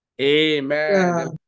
Amen